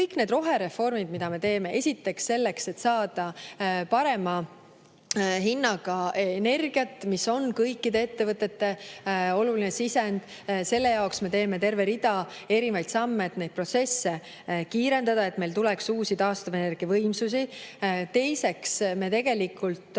need rohereformid, mida me teeme, on esiteks selleks, et saada parema hinnaga energiat, mis on kõikide ettevõtete oluline sisend, selle jaoks me teeme terve rea erinevaid samme, et neid protsesse kiirendada, et meil tuleks uusi taastuvenergiavõimsusi. Teiseks, me tegelikult